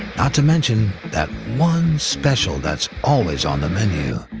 not to mention, that one special that's always on the menu.